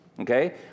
Okay